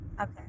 okay